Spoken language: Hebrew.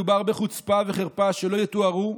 מדובר בחוצפה ובחרפה שלא יתוארו,